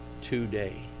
today